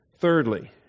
Thirdly